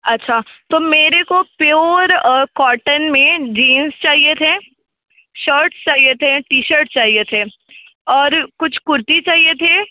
अच्छा तो मेरे को प्योर कॉटन में जीन्स चाहिए थे शर्ट चाहिए थे टी शर्ट चाहिए थे और कुछ कुर्ती चाहिए थे